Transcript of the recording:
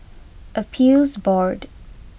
Appeals Board